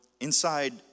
inside